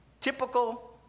typical